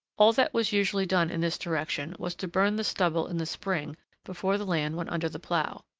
all that was usually done in this direction was to burn the stubble in the spring before the land went under the plough.